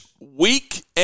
week